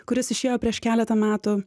kuris išėjo prieš keletą metų